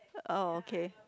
oh okay